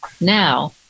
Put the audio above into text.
now